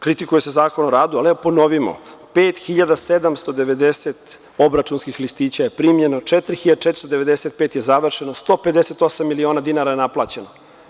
Kritikuje se Zakon o radu, ali da ponovimo, 5.790 obračunskih listića je primljeno, 4.495 je završeno, 158 miliona dinara je naplaćeno.